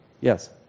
Yes